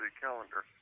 calendar